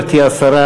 גברתי השרה,